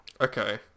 Okay